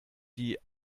die